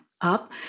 up